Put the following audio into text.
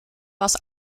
was